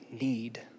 need